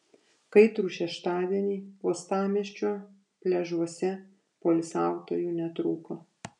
kaitrų šeštadienį uostamiesčio pliažuose poilsiautojų netrūko